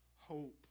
hope